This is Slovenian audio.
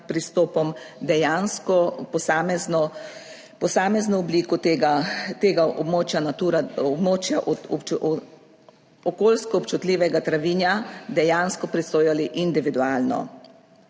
pristopom dejansko posamezno obliko tega območja Natura območja od okoljsko občutljivega travinja dejansko presojali individualno.